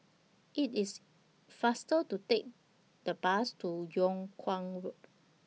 IT IS faster to Take The Bus to Yung Kuang Road